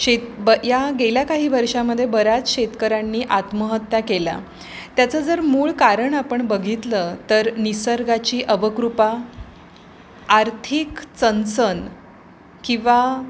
शेत ब या गेल्या काही वर्षामध्ये बऱ्याच शेतकऱ्यांनी आत्महत्या केल्या त्याचं जर मूळ कारण आपण बघितलं तर निसर्गाची अवकृपा आर्थिक चणचण किंवा